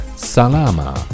Salama